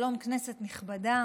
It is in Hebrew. שלום, כנסת נכבדה.